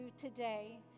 today